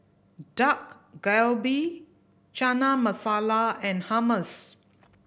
Dak Galbi Chana Masala and Hummus